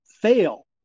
fail